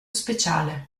speciale